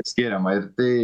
skiriama ir tai